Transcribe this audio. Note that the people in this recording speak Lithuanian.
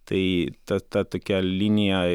tai ta ta tokia linija